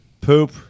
Poop